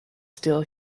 still